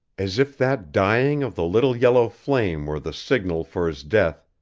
as if that dying of the little yellow flame were the signal for his death,